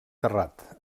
terrat